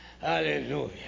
Hallelujah